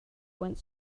went